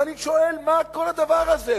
ואני שואל: מה כל הדבר הזה?